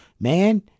man